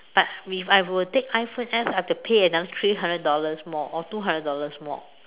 but if I were to take iPhone X I would have to pay another three hundred dollars more or two hundred dollars more